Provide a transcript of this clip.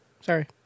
Sorry